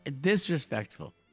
disrespectful